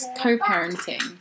co-parenting